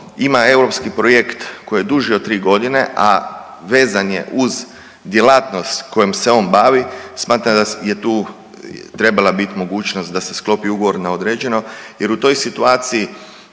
ima europski projekt koji je duži od tri godine, a vezan je uz djelatnost kojom se on bavi, smatram da je tu trebala bit mogućnost da se klopi ugovor na određeno jer u toj situaciji